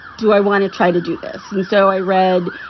do i want to try to do this? and so i read,